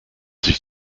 sich